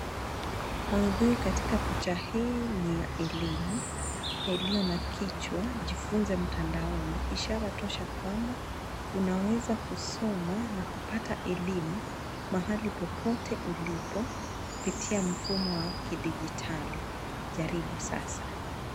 Maudhui katika picha hii ni ya elimu yaliyo na kichwa jifunze mtandaoni, ishara tosha kwamba unaweza kusoma na kupata elimu mahali popote ulipo kupitia mfumo wa kidijitali. Jaribu sasa.